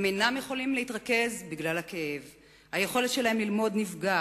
הם אינם יכולים להתרכז בגלל הכאב והיכולת שלהם ללמוד נפגעת.